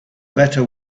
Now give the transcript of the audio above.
better